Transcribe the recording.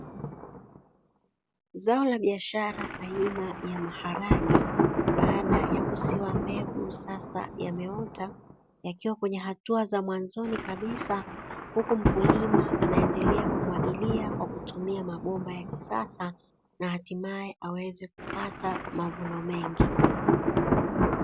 Zao la biashara aina ya maharage, baada ya kusiwa mbegu sasa yameota, yakiwa kwenye hatua za mwanzoni kabisa, huku mkulima anaendlea kumwagilia kwa kutumia mabomba ya kisasa na hatimaye aweze kupata mavuno mengi.